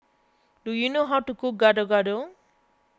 do you know how to cook Gado Gado